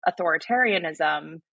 authoritarianism